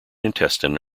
intestine